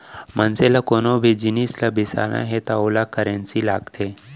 मनसे ल कोनो भी जिनिस ल बिसाना हे त ओला करेंसी लागथे